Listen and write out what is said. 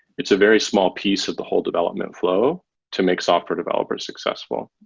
it's a very small piece of the whole development flow to make software developers successful.